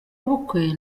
ubukwe